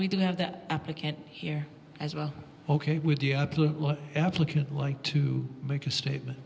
we do have that applicant here as well ok with applicant like to make a statement